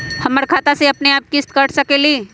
हमर खाता से अपनेआप किस्त काट सकेली?